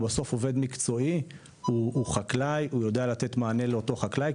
בסוף באמת חקלאי ועובד מקצועי שיודע לתת מענה לאותו חקלאי?